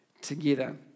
together